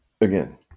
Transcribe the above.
again